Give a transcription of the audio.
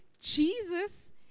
Jesus